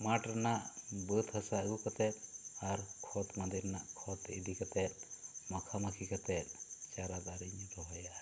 ᱢᱟᱴ ᱨᱮᱱᱟᱜ ᱵᱟᱹᱫᱽ ᱦᱟᱥᱟ ᱟᱹᱜᱩ ᱠᱟᱛᱮᱜ ᱟᱨ ᱠᱷᱚᱫᱽ ᱢᱟᱸᱫᱮ ᱨᱮᱱᱟᱜ ᱠᱷᱚᱛᱽ ᱤᱫᱤ ᱠᱟᱛᱮᱜ ᱢᱟᱠᱷᱟ ᱢᱟᱹᱠᱷᱤ ᱠᱟᱛᱮᱜ ᱪᱟᱨᱟ ᱫᱟᱨᱮᱧ ᱨᱚᱦᱚᱭᱟ